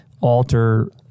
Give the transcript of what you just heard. alter